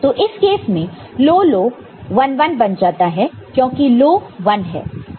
तो इस केस में लो लो 1 1 बन जाता है क्योंकि लो 1 है